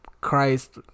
Christ